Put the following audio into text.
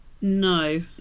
No